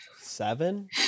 seven